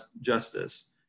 justice